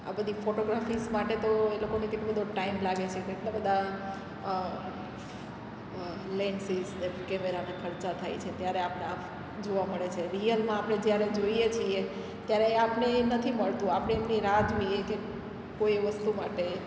આ બધી ફોટોગ્રાફીસ માટે તો એ લોકોને કેટલો બધો ટાઈમ લાગે છે કેટલા બધા લેન્સિસને કેમેરાના ખર્ચા થાય છે ત્યારે આપણે આ જોવા મળે છે રિયલમાં આપણે જ્યારે જોઈએ છીએ ત્યારે આપણે એ નથી મળતું આપણે એમની રાહ જોઈએ કે કોઈ વસ્તુ માટે